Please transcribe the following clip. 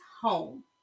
home